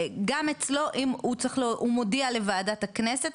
גם אצלו הוא מודיע לוועדת הכנסת,